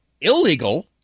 illegal –